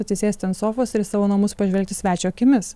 atsisėsti ant sofos ir į savo namus pažvelgti svečio akimis